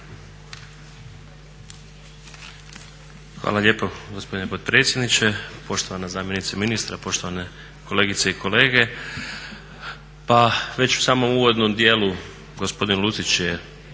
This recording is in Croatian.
Hvala lijepo gospodine potpredsjedniče. Poštovana zamjenice ministra, poštovane kolegice i kolege. Pa već u samom uvodnom dijelu gospodin Lucić je